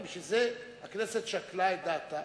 לכן הכנסת שקלה את דעתה,